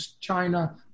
China